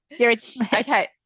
Okay